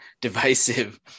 divisive